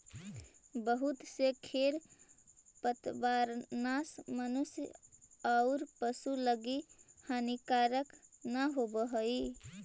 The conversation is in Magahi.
बहुत से खेर पतवारनाश मनुष्य औउर पशु लगी हानिकारक न होवऽ हई